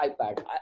iPad